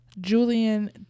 julian